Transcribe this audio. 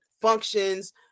functions